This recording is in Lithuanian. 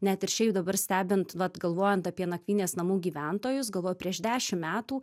net ir šiaip dabar stebint vat galvojant apie nakvynės namų gyventojus galvoju prieš dešim metų